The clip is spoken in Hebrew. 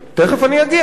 תיכף אני אגיע.